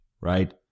right